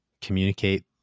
communicate